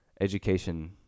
education